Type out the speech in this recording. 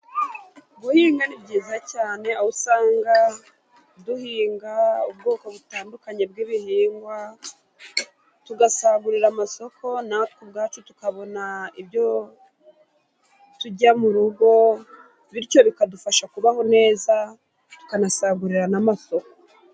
Guhinga ni byiza cyane aho usanga duhinga ubwoko butandukanye bw'ibihingwa tugasagurira amasoko natwe ubwacu tukabona ibyo turya mu rugo bityo bikadufasha kubaho neza tukanasagurira na masoko.